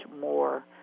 more